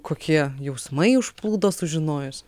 kokie jausmai užplūdo sužinojus